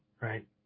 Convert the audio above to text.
right